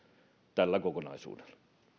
tällä kokonaisuudella